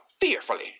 fearfully